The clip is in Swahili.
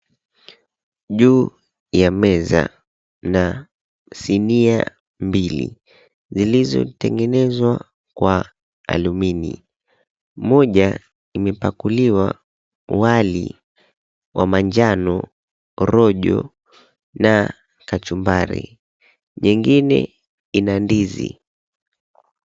Juu ya meza mna sinia mbili zilizotengenezwa kwa alumini. Moja imepakuliwa wali wa manjano, rojo na kachumbari, nyengine ina ndizi.